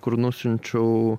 kur nusiunčiau